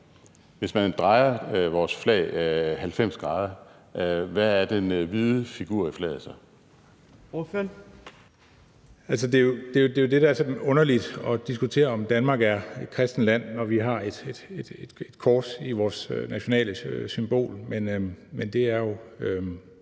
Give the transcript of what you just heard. næstformand (Trine Torp): Ordføreren. Kl. 18:16 Mads Fuglede (V): Det er jo det, der er sådan underligt at diskutere, om Danmark er et kristent land, når vi har et kors i vores nationale symbol.